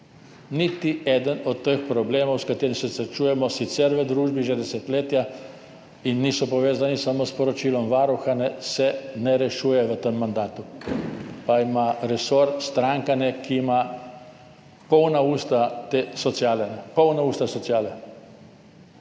Niti eden od teh problemov, s katerim se srečujemo sicer v družbi že desetletja in niso povezani samo s poročilom Varuha, se ne rešuje v tem mandatu, pa ima resor stranka, ki ima polna usta te sociale.